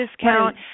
discount